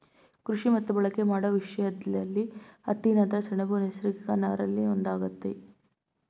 ಕೃಷಿ ಮತ್ತು ಬಳಕೆ ಮಾಡೋ ವಿಷಯ್ದಲ್ಲಿ ಹತ್ತಿ ನಂತ್ರ ಸೆಣಬು ನೈಸರ್ಗಿಕ ನಾರಲ್ಲಿ ಒಂದಾಗಯ್ತೆ